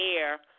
air